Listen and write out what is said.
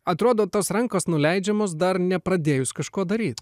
atrodo tos rankos nuleidžiamos dar nepradėjus kažko daryt